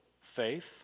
faith